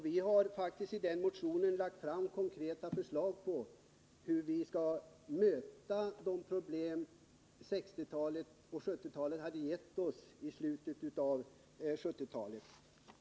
Vi har faktiskt i den motionen lagt fram konkreta förslag på hur vi skall 75 möta de problem som 1960-talet och 1970-talet hade gett oss i slutet av 1970-talet.